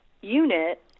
unit